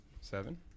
Seven